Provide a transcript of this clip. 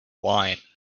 wine